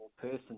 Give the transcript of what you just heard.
person